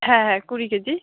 হ্যাঁ হ্যাঁ কুড়ি কেজি